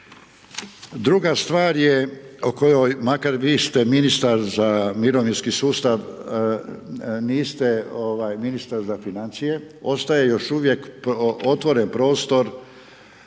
Druga stvar je o kojoj, makar vi ste ministar za mirovinski sustav, niste ministar za financije, ostaje još uvijek otvoren prostor,